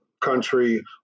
country